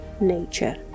nature